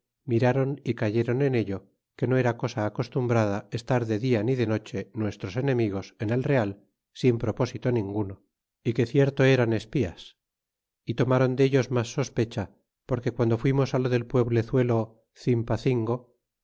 miraron y cayeron en ello que no era cosa acostumbrada estar de dia ni de noche nuestros enemigos en el real sin propósito ninguno y que cierto eran espías y tomron dellos mas sospecha porque guando fuimos lo del pueblezuelo